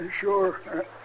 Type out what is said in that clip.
Sure